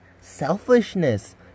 selfishness